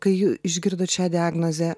kai jū išgirdot šią diagnozę